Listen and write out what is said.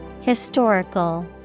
Historical